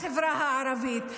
לחברה הערבית.